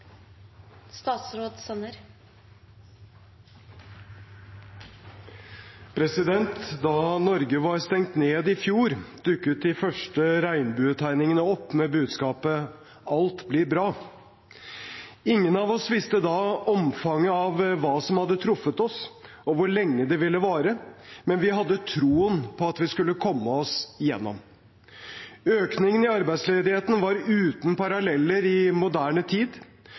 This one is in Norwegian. Da Norge var stengt ned i fjor, dukket de første regnbuetegningene opp med budskapet: Alt blir bra. Ingen av oss visste da omfanget av hva som hadde truffet oss, og hvor lenge det ville vare. Men vi hadde troen på at vi skulle komme oss igjennom. Økningen i arbeidsledigheten var uten paralleller i moderne tid,